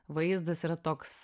vaizdas yra toks